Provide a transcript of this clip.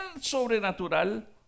sobrenatural